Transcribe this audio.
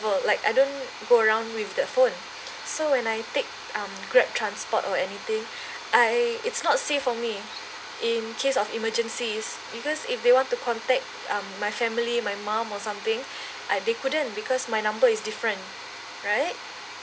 travel like I don't go around with that phone so when I take um Grab transport or anything I it's not save for me in case of emergencies because if they want to contact um my family my mom or something uh they couldn't because my number is different right